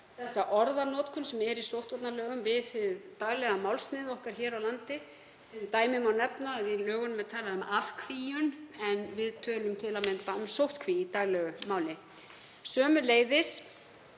þá orðanotkun sem er í sóttvarnalögum við hið daglega málsnið okkar hér á landi. Sem dæmi má nefna að í lögunum er talað um afkvíun en við tölum um sóttkví í daglegu máli. Sömuleiðis